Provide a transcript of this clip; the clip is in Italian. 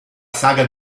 saga